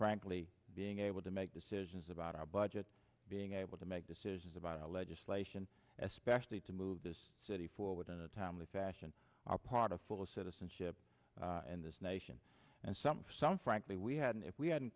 frankly being able to make decisions about our budget being able to make decisions about legislation especially to move this city forward in a timely fashion are part of full citizenship and this nation and some some frankly we had and if we hadn't